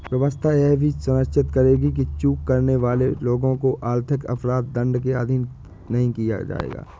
व्यवस्था यह भी सुनिश्चित करेगी कि चूक करने वाले लोगों को आर्थिक अपराध दंड के अधीन नहीं किया जाएगा